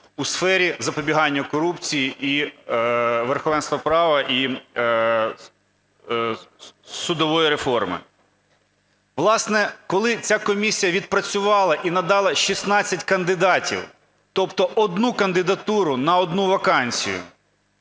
в сфері запобігання корупції і верховенства права, і судової реформи. Власне, коли ця комісія відпрацювала і надала 16 кандидатів, тобто одну кандидатуру на одну вакансію